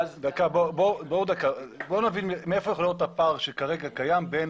בואו נבין מאיפה יכול להיות הפער שכרגע קיים בין